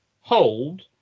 hold